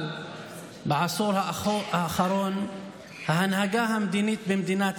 אבל בעשור האחרון ההנהגה המדינית במדינת